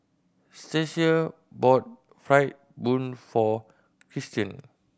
Stasia bought fried bun for Kristian